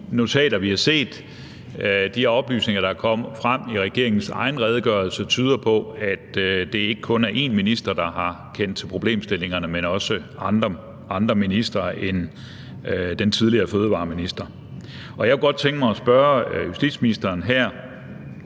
notater, som vi har set, og de oplysninger, som er kommet frem i regeringens egen redegørelse, tyder på, at det ikke kun er én minister, der har kendt til problemstillingerne, men også andre ministre end den tidligere fødevareminister. Jeg kunne godt tænke mig at spørge justitsministeren her,